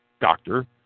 Doctor